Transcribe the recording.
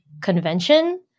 convention